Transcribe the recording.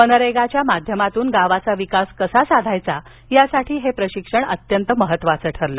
मनरेगाच्या माध्यमातून गावाचा विकास कसा साधायचा यासाठी हे प्रशिक्षण अत्यंत महत्त्वाचे ठरले